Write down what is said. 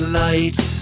light